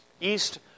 East